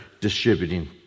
distributing